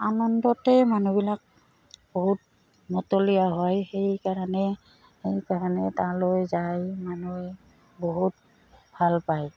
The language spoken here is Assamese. আনন্দতেই মানুহবিলাক বহুত মতলীয়া হয় সেইকাৰণে সেইকাৰণে তালৈ যাই মানুহে বহুত ভাল পায়